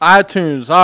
iTunes